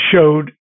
showed